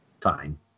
Fine